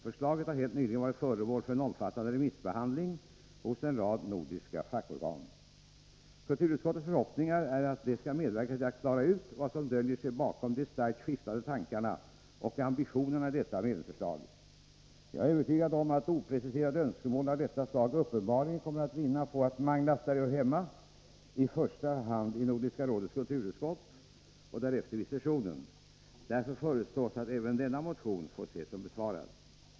Förslaget har helt nyligen varit föremål för en omfattande remissbehandling i en rad nordiska fackorgan. Kulturutskottets förhoppningar är att denna skall medverka till att klara ut vad som döljer sig bakom de starkt skiftande tankarna och ambitionerna i detta medlemsförslag. Jag är övertygad om att opreciserade önskemål av detta slag kommer att vinna på att manglas där de hör hemma -— i första han i Nordiska rådets kulturutskott och därefter vid sessionen. Därför föreslås att även denna motion får anses som besvarad.